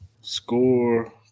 Score